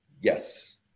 Yes